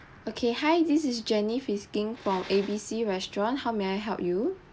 okay hi this is jenny speaking from A B C restaurant how may I help you